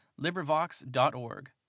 LibriVox.org